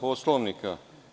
Poslovnika.